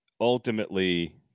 ultimately